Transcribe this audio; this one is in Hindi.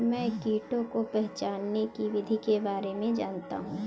मैं कीटों को पहचानने की विधि के बारे में जनता हूँ